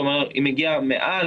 כלומר היא מגיעה מעל,